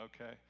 okay